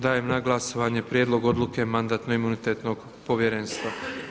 Dajem na glasovanje Prijedlog odluke Mandatno-imunitetnog povjerenstva.